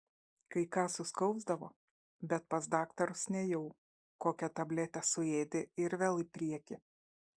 kai ką suskausdavo bet pas daktarus nėjau kokią tabletę suėdi ir vėl į priekį